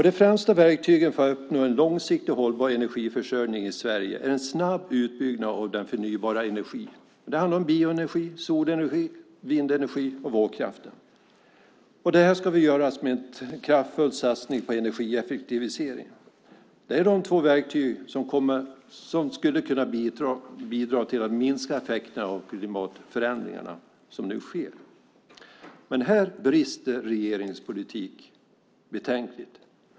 De främsta verktygen för att uppnå en långsiktigt hållbar energiförsörjning i Sverige är en snabb utbyggnad av den förnybara energin - bioenergi, solenergi, vindenergi och vågkraft - och en kraftfull satsning på energieffektivisering. Det är de två verktyg som skulle kunna bidra till att minska effekterna av de klimatförändringar som nu sker. Här brister regeringens politik betänkligt.